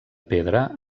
pedra